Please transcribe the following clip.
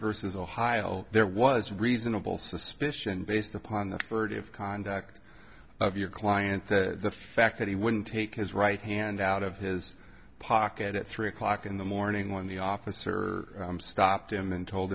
versus ohio there was reasonable suspicion based upon the furtive conduct of your client the fact that he wouldn't take his right hand out of his pocket at three o'clock in the morning when the officer stopped him and told